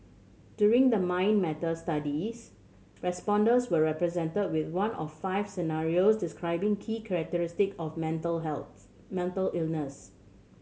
during the Mind Matters studies respondents were presented with one of five scenarios describing key characteristic of a mental health mental illness